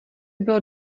bylo